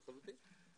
לחלוטין.